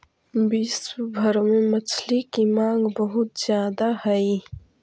विश्व भर में मछली की मांग बहुत ज्यादा हई